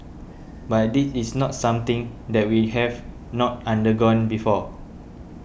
but this is not something that we have not undergone before